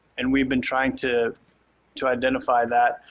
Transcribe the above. and we've been trying to to identify that.